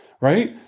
right